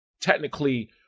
Technically